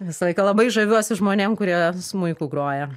visą laiką labai žaviuosi žmonėm kurie smuiku groja